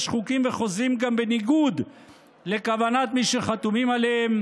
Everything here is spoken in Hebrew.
חוקים וחוזים גם בניגוד לכוונת מי שחתומים עליהם,